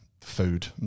food